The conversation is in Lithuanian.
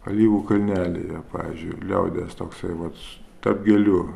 alyvų kalnelyje pavyzdžiui liaudies toksai vat tarp gėlių